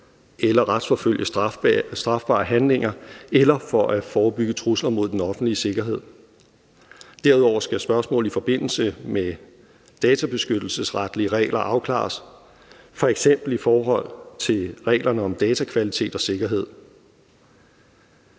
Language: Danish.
eller retsforfølge strafbare handlinger eller for at forebygge trusler mod den offentlige sikkerhed. Kl. 17:01 Derudover skal spørgsmål i forbindelse med databeskyttelsesretlige regler afklares, f.eks. i forhold til reglerne om datakvalitet og sikkerhed.